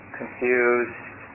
confused